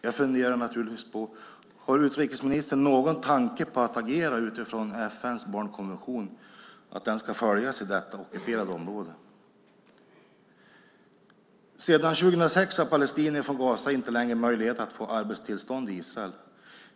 Jag funderar på om utrikesministern har någon tanke på att agera utifrån FN:s barnkonvention och att den ska följas i detta ockuperade område. Sedan 2006 har palestinier från Gaza inte längre möjlighet att få arbetstillstånd i Israel.